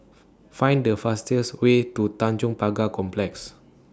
Find The fastest Way to Tanjong Pagar Complex